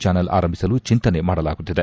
channel ಆರಂಭಿಸಲು ಚಿಂತನೆ ಮಾಡಲಾಗುತ್ತಿದೆ